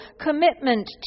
commitment